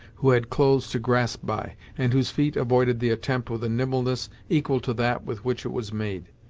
who had clothes to grasp by, and whose feet avoided the attempt with a nimbleness equal to that with which it was made.